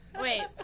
Wait